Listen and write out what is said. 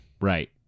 Right